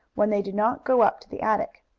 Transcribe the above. when they did not go up to the attic.